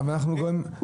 אבל אנחנו רואים,